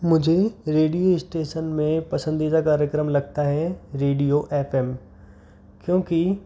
मुझे radio station में पसंदीदा कार्यक्रम लगता है रेडियो एफ एम क्योंकि